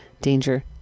danger